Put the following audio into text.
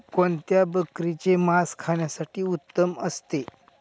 कोणत्या बकरीचे मास खाण्यासाठी उत्तम असते?